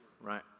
Right